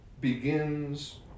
begins